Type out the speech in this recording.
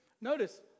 Notice